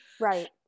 right